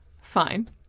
Fine